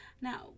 Now